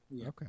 Okay